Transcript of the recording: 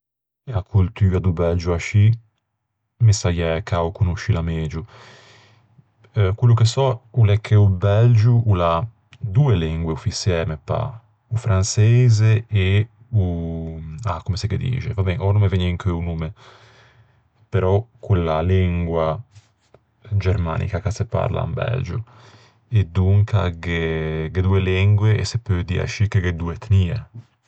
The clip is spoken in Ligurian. E a coltua do Belgio ascì me saiæ conoscila megio. Quello che sò o l'é che o Belgio o l'à doe lengue offiçiæ, me pâ... o franseise e o... Ah, comme se ghe dixe, va ben, oua no me vëgne in cheu o nomme... Però quella lengua germanica ch'a se parla in Belgio. E donca gh'é doe lengue e se peu dî ascì che gh'é doe etnie.